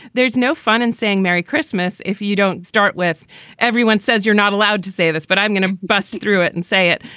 there's no fun in and saying merry christmas. if you don't start with everyone says you're not allowed to say this, but i'm gonna bust through it and say it.